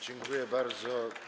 Dziękuję bardzo.